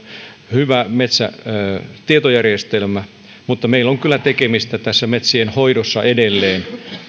hyvä metsätietojärjestelmä mutta meillä on kyllä tekemistä tässä metsien hoidossa edelleen